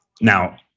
Now